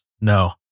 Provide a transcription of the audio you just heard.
No